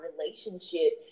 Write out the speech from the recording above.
relationship